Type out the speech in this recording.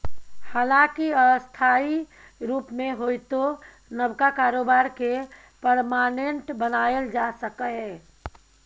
हालांकि अस्थायी रुप मे होइतो नबका कारोबार केँ परमानेंट बनाएल जा सकैए